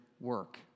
work